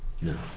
No